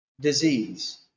disease